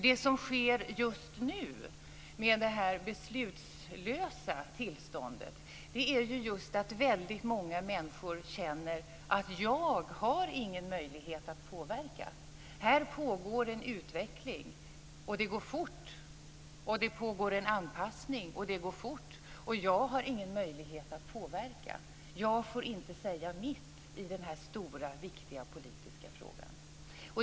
Det som sker just nu i det här beslutslösa tillståndet är att väldigt många människor känner: Jag har ingen möjlighet att påverka. Här pågår en utveckling och en anpassning - och det går fort - men jag har ingen möjlighet att påverka. Jag får inte säga mitt i denna stora viktiga politiska fråga.